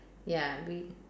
ya we